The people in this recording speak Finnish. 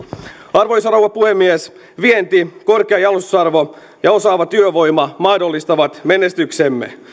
arvoisa rouva puhemies vienti korkea jalostusarvo ja osaava työvoima mahdollistavat menestyksemme